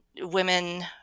women